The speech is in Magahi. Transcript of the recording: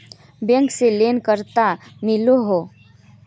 बैंक से लोन कतला मिलोहो?